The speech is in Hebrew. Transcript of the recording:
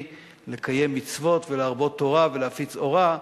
לקיים מצוות ולהרבות תורה ולהפיץ אורה,